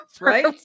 right